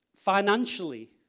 Financially